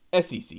SEC